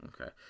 Okay